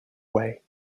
way